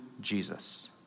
Jesus